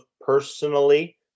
personally